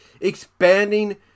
expanding